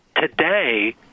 today